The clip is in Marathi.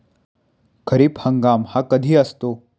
खरीप हंगाम हा कधी असतो?